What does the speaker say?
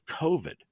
COVID